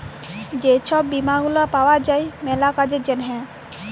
যে ছব বীমা গুলা পাউয়া যায় ম্যালা কাজের জ্যনহে